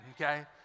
Okay